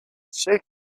shake